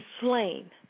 slain